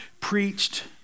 preached